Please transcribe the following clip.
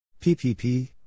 PPP